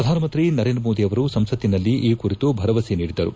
ಪ್ರಧಾನಮಂತ್ರಿ ನರೇಂದ್ರ ಮೋದಿ ಅವರು ಸಂಸತ್ತಿನಲ್ಲಿ ಈ ಕುರಿತು ಭರವಸೆ ನೀಡಿದ್ದರು